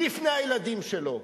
בפני הילדים שלו.